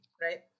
right